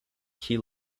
key